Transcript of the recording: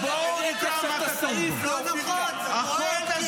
המליאה רוצה לשמוע.